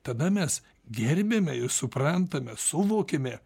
tada mes gerbiame ir suprantame suvokiame